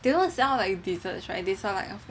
they don't sell like desserts right they sell like